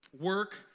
work